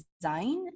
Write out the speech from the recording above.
design